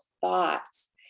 thoughts